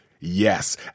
Yes